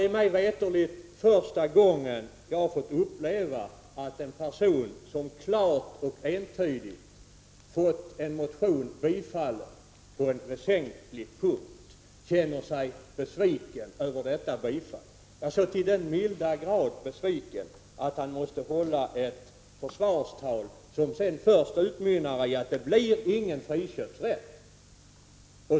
Det är mig veterligt första gången jag har fått uppleva att en person, som klart och entydigt fått en motion biträdd på en väsentlig punkt, känner sig besviken över detta, besviken så till den milda grad att han måste hålla ett försvarstal. Detta försvarstal utmynnar i att det inte blir någon friköpsrätt.